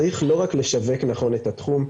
צריך לא רק לשווק נכון את התחום,